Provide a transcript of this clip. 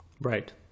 Right